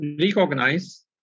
recognize